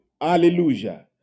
hallelujah